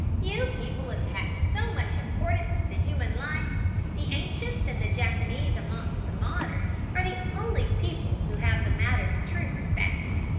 you people attach so much importance to human life the ancients, and the japanese amongst the modern, are the only people who have the matter in true perspective.